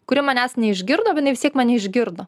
kuri manęs neišgirdo bet jinai vis tiek mane išgirdo